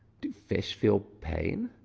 do fish feel pain?